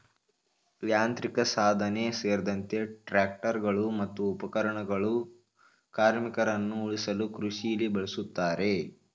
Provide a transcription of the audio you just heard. ಯಾಂತ್ರಿಕಸಾಧನ ಸೇರ್ದಂತೆ ಟ್ರಾಕ್ಟರ್ಗಳು ಮತ್ತು ಉಪಕರಣಗಳು ಕಾರ್ಮಿಕರನ್ನ ಉಳಿಸಲು ಕೃಷಿಲಿ ಬಳುಸ್ತಾರೆ